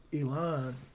Elon